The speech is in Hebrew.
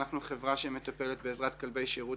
אנחנו חברה שמטפלת בעזרת כלבי שירות